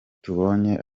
tubonye